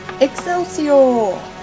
Excelsior